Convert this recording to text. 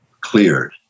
cleared